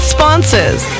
Sponsors